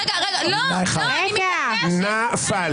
נפל.